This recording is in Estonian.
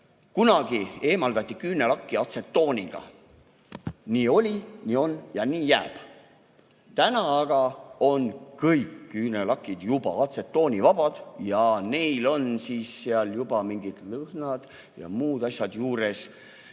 Kunagi eemaldati küünelakki atsetooniga. Nii oli, nii on ja nii jääb. Täna aga on kõik küünelakid juba atsetoonivabad ja neil on seal mingid lõhnad ja muud asjad juures.